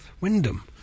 Wyndham